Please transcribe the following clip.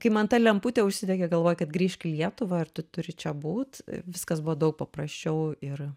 kai man ta lemputė užsidegė galvoj kad grįžk į lietuvą ir tu turi čia būt viskas buvo daug paprasčiau ir